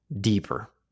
deeper